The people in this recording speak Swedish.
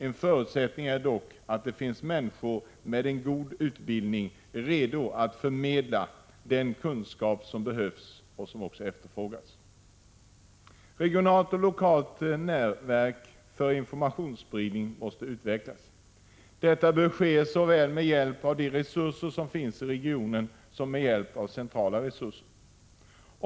En förutsättning är dock att det finns människor med god utbildning redo att förmedla den kunskap som behövs och efterfrågas. Regionala och lokala nätverk för informationsspridning måste utvecklas. Detta bör ske med hjälp av såväl de resurser som finns i regionen som centrala resurser.